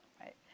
Right